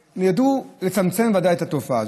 וידעו לצמצם, ודאי, את התופעה הזאת.